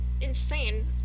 insane